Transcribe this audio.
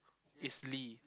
it's Lee